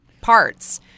parts